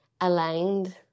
aligned